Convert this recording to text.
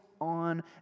on